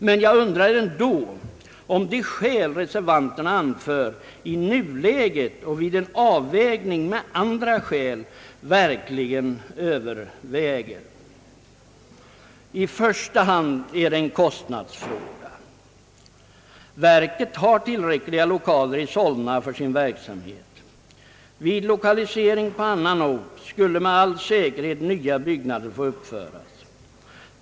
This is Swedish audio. Men jag undrar ändå, om de skäl reservanterna anför i nuläget och vid en avvägning med andra skäl överväger. I första hand är det en kostnadsfråga. Verket har tillräckliga lokaler i Solna för sin verksamhet. Vid lokalisering på annan ort skulle med all säkerhet nya byggnader få uppföras.